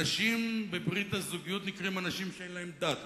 אנשים בברית הזוגיות נקראים אנשים שאין להם דת.